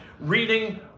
reading